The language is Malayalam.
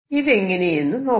ഇതെങ്ങനെയെന്ന് നോക്കാം